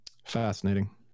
Fascinating